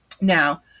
now